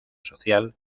social